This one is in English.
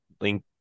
Link